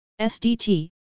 SDT